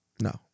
No